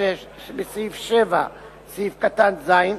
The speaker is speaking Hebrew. בסעיף 7(ז).